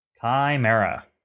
Chimera